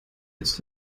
jetzt